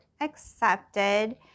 accepted